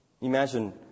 Imagine